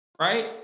Right